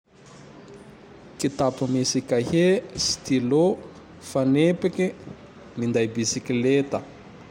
Kitapo misy Kahié, stylo, fanipike, minday bisikileta.